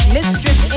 Mistress